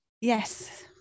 Yes